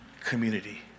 community